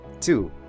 two